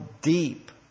deep